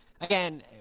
Again